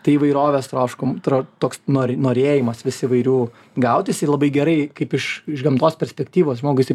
tai įvairovės troškum tro toks nor norėjimas vis įvairių gaut jisai labai gerai kaip iš gamtos perspektyvos žmogui jisai